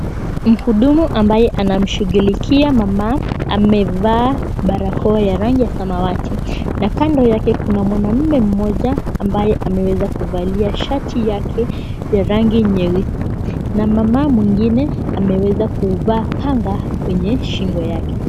Mhudumu ambaye anamshughulikia mama amevaa barakoa ya rangi ya samawati na kando yake kuna mwanamme mmoja ambaye ameweza kuvalia shati yake ya rangi nyeusi na mama mwingine ameweza kuvaa kanga kwenye shingo yake.